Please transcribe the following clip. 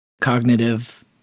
cognitive